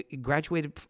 graduated